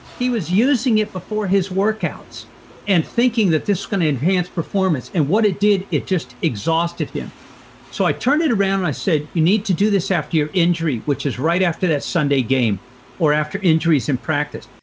he was using it before his workouts and thinking that this is going to enhance performance. and what it did, it just exhausted him so i turned it around and i said, you need to do this after your injury, which is right after that sunday game or after injuries in practice.